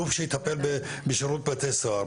גוף שיטפל בשירות בתי הסוהר,